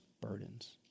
burdens